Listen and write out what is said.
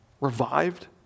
revived